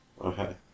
okay